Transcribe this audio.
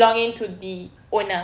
belonging to the owner